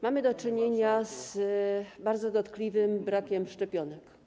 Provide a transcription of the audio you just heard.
Mamy do czynienia z bardzo dotkliwym brakiem szczepionek.